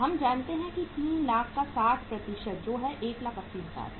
हम जानते हैं कि 3 लाख का 60 जो है 180000 है